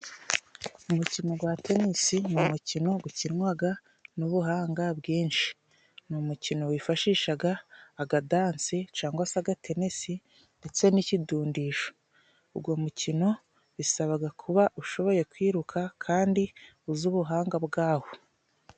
Umukino gwa tenisi ni umukino gukinwaga n'ubuhanga bwinshi. Ni umukino wifashishaga akadanse cyangwa se agatenesi ndetse n'ikidudisho. Uwo mukino bisabaga kuba ushoboye kwiruka kandi uzi ubuhanga bwawo.